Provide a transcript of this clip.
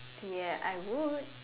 ya I would